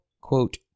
quote